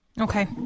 Okay